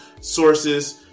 sources